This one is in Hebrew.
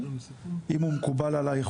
אם הוא מקובל עלייך,